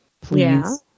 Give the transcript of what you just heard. Please